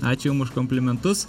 ačiū jum už komplimentus